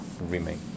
remain